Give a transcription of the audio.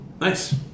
Nice